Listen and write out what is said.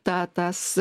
tą tas